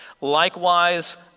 Likewise